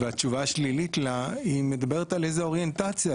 והתשובה השלילית לה מדברת על איזו אוריינטציה